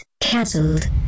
cancelled